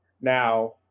Now